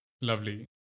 lovely